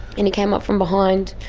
and he came up from behind,